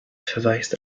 verweist